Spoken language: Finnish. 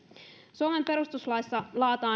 suomen perustuslaissa